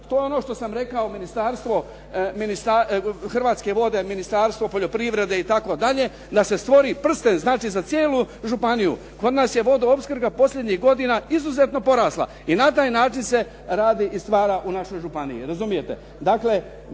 to je ono što sam rekao Hrvatske vode, Ministarstvo poljoprivrede itd. da se stvori prsten za cijelu županiju. Kod nas je vodoopskrba posljednjih godina izuzetno porasla i na taj način se radi i stvara u našoj županiji, razumijete.